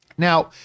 Now